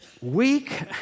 Weak